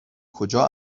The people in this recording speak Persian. کجا